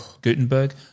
Gutenberg